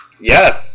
Yes